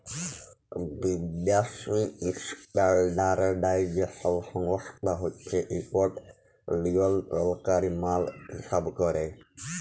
বিদ্যাসি ইস্ট্যাল্ডার্ডাইজেশল সংস্থা হছে ইকট লিয়লত্রলকারি মাল হিঁসাব ক্যরে